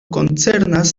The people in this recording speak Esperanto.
koncernas